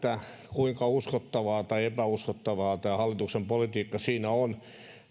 kuinka uskottavaa tai epäuskottavaa tämä hallituksen politiikka sen suhteen on